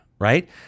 right